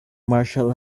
marshall